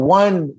one